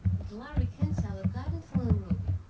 the lhari can't tell a diamond from a ruby,